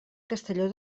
castelló